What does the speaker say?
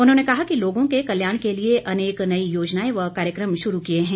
उन्होंने कहा कि लोगों के कल्याण के लिए अनेक नई योजनाएं व कार्यक्रम शुरू किए हैं